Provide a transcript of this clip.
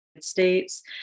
States